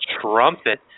trumpet